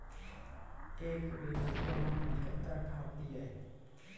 एक बीघा केला मैं कत्तेक खाद दिये?